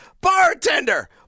bartender